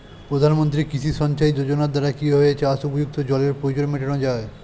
প্রধানমন্ত্রী কৃষি সিঞ্চাই যোজনার দ্বারা কিভাবে চাষ উপযুক্ত জলের প্রয়োজন মেটানো য়ায়?